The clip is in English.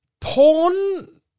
Porn